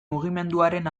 mugimenduaren